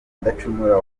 mudacumura